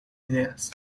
ideas